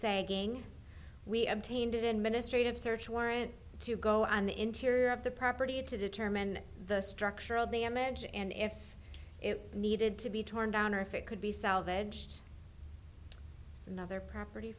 saying we obtained it in ministry of search warrant to go on the interior of the property to determine the structural damage and if it needed to be torn down or if it could be salvaged it's another property